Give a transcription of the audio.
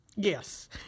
Yes